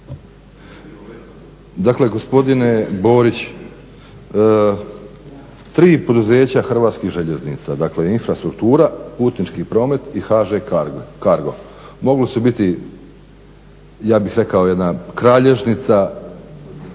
Dakle gospodine Borić, 3 poduzeća Hrvatskih željeznica, dakle, infrastruktura, putnički promet i HŽ Cargo. Moglo su biti, ja bih rekao, jedna kralježnica